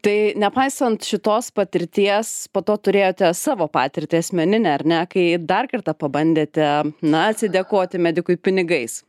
tai nepaisant šitos patirties po to turėjote savo patirtį asmeninę ar ne kai dar kartą pabandėte na atsidėkoti medikui pinigais